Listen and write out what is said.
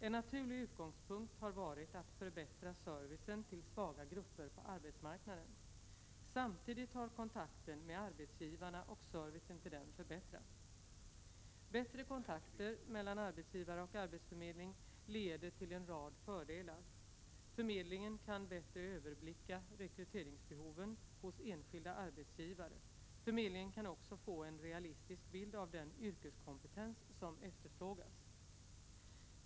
En naturlig utgångspunkt har varit att förbättra servicen till svaga grupper på arbetsmarknaden. Samtidigt har kontakten med arbetsgivarna och servicen till dem förbättrats. Bättre kontakter mellan arbetsgivare och arbetsförmedling leder till en rad fördelar. Förmedlingen kan bättre överblicka rekryteringsbehoven hos enskilda arbetsgivare. Förmedlingen kan också få en realistisk bild av den yrkeskompetens som efterfrågas.